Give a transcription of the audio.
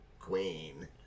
queen